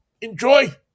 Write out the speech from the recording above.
enjoy